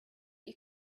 you